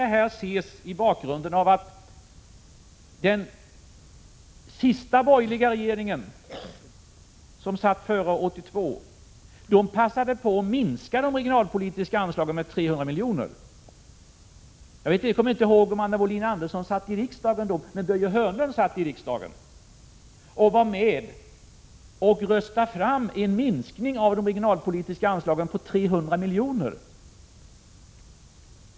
Detta kan ses mot bakgrund av att den sista borgerliga regeringen före 1982 passade på att minska de regionalpolitiska anslagen med 300 miljoner. Jag kommer inte ihåg om Anna Wohlin-Andersson då satt iriksdagen, men Börje Hörnlund gjorde det och var med om att rösta fram en minskning på 300 miljoner av de regionalpolitiska anslagen.